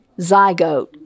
zygote